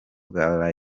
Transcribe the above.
bwa